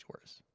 worse